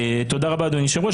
תודה רבה אדוני היושב ראש.